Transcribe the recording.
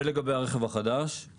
לגבי הרכב המשומש,